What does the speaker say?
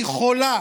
היא חולה